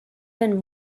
been